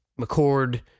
McCord